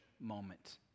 moment